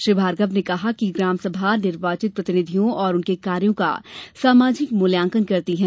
श्री भार्गव ने कहा है कि ग्राम सभा निर्वाचित प्रतिनिधियों और उनके कार्यों का सामाजिक मूल्यांकन करती है